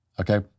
Okay